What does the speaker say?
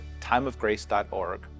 timeofgrace.org